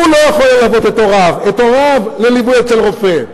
הוא לא יכול ללוות את הוריו לביקור אצל רופא.